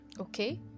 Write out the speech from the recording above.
okay